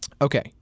Okay